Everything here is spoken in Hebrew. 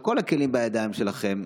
כשכל הכלים בידיים שלכם,